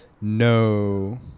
No